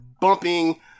bumping